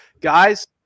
Guys